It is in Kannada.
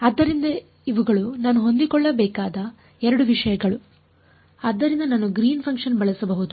ಆದ್ದರಿಂದ ಇವುಗಳು ನಾನು ಹೊಂದಿಕೊಳ್ಳಬೇಕಾದ 2 ವಿಷಯಗಳು ಆದ್ದರಿಂದ ನಾನು ಗ್ರೀನ್ ಫನ್ ಕ್ಷನ್ ಬಳಸಬಹುದು